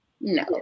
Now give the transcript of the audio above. No